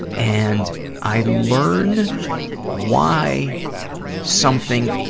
and i learn why something